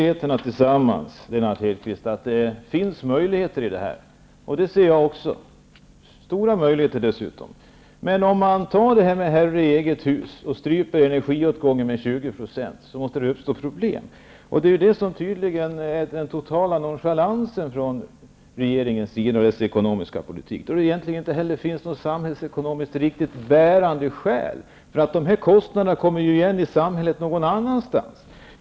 Herr talman! Ja, det finns möjligheter i det nya statsbidragssystemet. Det ser jag också, stora möjligheter dessutom. Men vad betyder det att vara herre i eget hus, om energitillgången stryps så att den minskar med 20 %? Det måste uppstå problem, och jag reagerar mot den totala nonchalansen från regeringens sida. Det finns inget samhällsekonomiskt riktigt bärande skäl, för kostnaderna kommer ju igen någon annanstans i samhället.